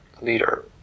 leader